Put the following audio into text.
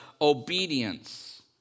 obedience